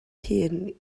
hun